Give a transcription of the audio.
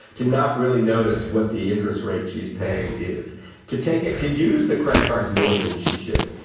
to not really notice what the interest rate she's paying is to take it to use the credit cards more than she should.